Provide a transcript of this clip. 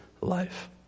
life